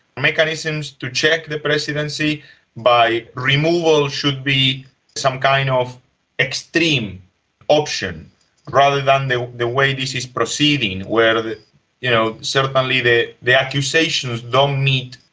mechanisms to check the presidency by removal should be some kind of extreme option rather than the the way this is proceeding where certainly the you know certainly the the accusations don't meet,